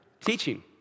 Teaching